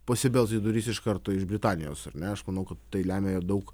pasibels į duris iš karto iš britanijos ar ne aš manau kad tai lemia ir daug